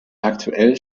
aktuell